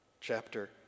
chapter